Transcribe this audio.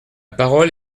parole